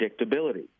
predictability